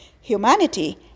humanity